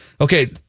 okay